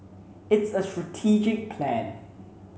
it's a strategic plan